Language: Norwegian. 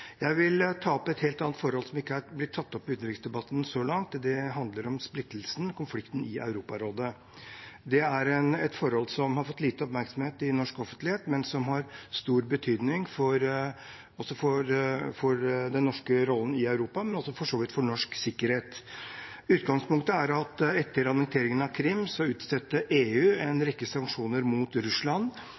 Jeg vil ta opp et helt annet forhold, som ikke er blitt tatt opp i utenriksdebatten så langt. Det handler om splittelsen, konflikten, i Europarådet. Det er et forhold som har fått liten oppmerksomhet i norsk offentlighet, men som har stor betydning for den norske rollen i Europa – og for så vidt også for norsk sikkerhet. Utgangspunktet er at etter annekteringen av Krim utstedte EU en rekke sanksjoner mot Russland.